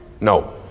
No